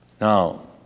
Now